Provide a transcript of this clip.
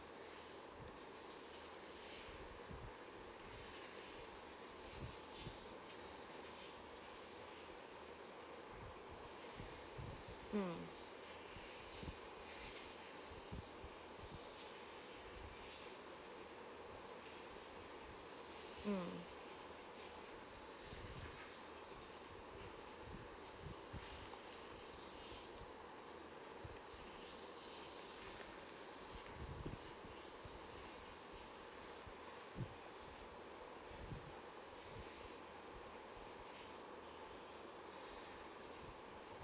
mm mm